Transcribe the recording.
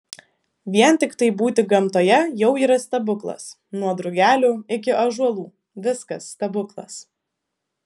vien tiktai būti gamtoje jau yra stebuklas nuo drugelių iki ąžuolų viskas stebuklas